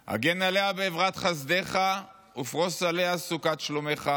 הגן עליה באברת חסדך ופרוס עליה סוכת שלומך,